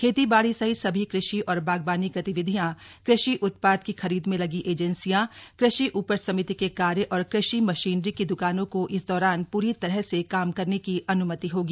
खेती बाड़ी सहित सभी कृषि और बागबानी गतिविधियां कृषि उत्पाद की खरीद में लगी एजेंसियां कृषि उपज समिति के कार्य और कृषि मशीनरी की द्कानों को इस दौरान पूरी तरह से काम करने की अन्मति होगी